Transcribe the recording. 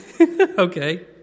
Okay